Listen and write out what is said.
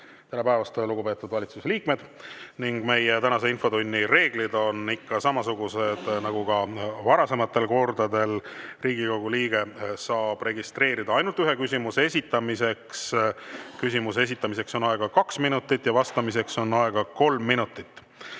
Tere päevast, lugupeetud valitsusliikmed! Meie tänase infotunni reeglid on ikka samasugused nagu varasematel kordadel. Riigikogu liige saab registreeruda ainult ühe küsimuse esitamiseks. Küsimuse esitamiseks on aega kaks minutit, vastamiseks on aega kolm minutit.